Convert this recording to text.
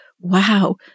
wow